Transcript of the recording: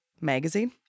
magazine